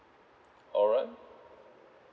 alright